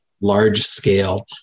large-scale